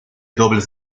dobles